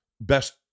best